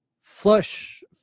flush